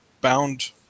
bound